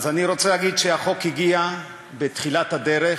אז אני רוצה להגיד שהחוק הגיע בתחילת הדרך,